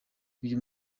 uyu